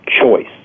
choice